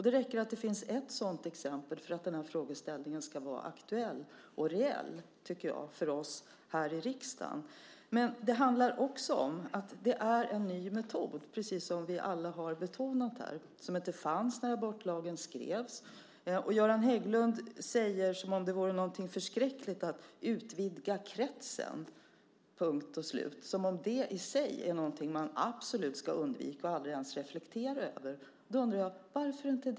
Det räcker att det finns ett sådant exempel för att den här frågeställningen ska vara aktuell och reell för oss här i riksdagen. Det handlar också om att det är en ny metod. Det har vi alla betonat. Den fanns inte när abortlagen skrevs. Göran Hägglund talar om att utvidga kretsen som om det vore något förskräckligt och som om det i sig är något man absolut ska undvika och aldrig ens reflektera över. Då undrar jag: Varför inte?